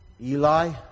Eli